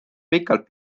pikalt